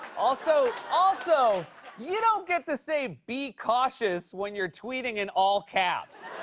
also also you don't get to say be cautious when you're tweeting in all caps.